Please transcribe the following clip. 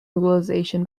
utilization